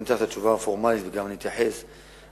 אני אתן לך את התשובה הפורמלית וגם אני אתייחס בהמשך.